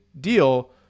deal